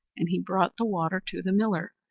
and he brought the water to the miller,